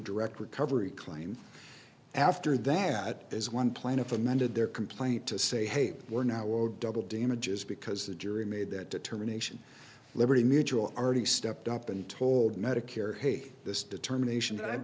direct recovery claims after that there's one plaintiff amended their complaint to say hey we're now owed double damages because the jury made that determination liberty mutual already stepped up and told medicare hey this determination that i'm